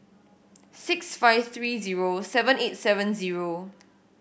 six five three zero seven eight seven zero